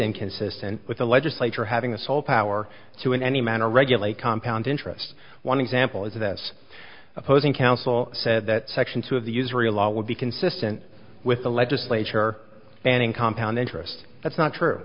inconsistent with the legislature having the sole power to in any manner regulate compound interest one example is this opposing counsel said that section two of the usury law would be consistent with the legislature banning compound interest that's not true